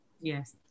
Yes